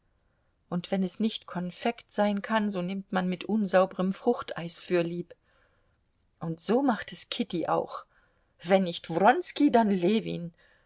und wenn es nicht konfekt sein kann so nimmt man mit unsauberem fruchteis fürlieb und so macht es kitty auch wenn nicht wronski dann ljewin